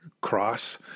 cross